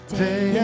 day